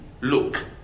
look